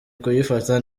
kuyifata